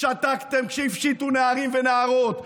שתקתם כשהפשיטו נערים ונערות,